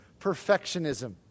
perfectionism